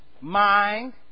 mind